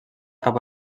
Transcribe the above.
cap